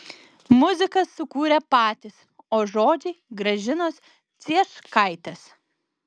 muziką sukūrė patys o žodžiai gražinos cieškaitės